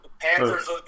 Panthers